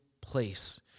place